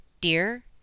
dear